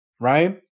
right